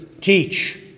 teach